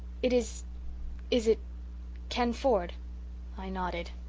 it is is it ken ford i nodded.